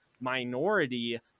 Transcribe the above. minority